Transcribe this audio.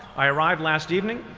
i arrived last evening,